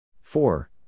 Four